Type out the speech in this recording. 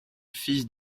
fils